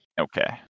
Okay